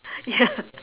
ya